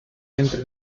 entre